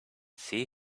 see